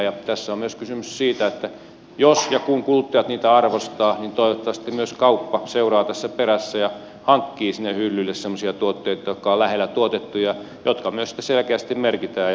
ja tässä on kysymys myös siitä että jos ja kun kuluttajat niitä arvostavat niin toivottavasti myös kauppa seuraa tässä perässä ja hankkii sinne hyllyille semmoisia tuotteita jotka ovat lähellä tuotettuja ja jotka myös sitten selkeästi merkitään